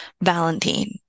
Valentine